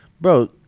Bro